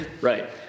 right